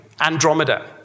Andromeda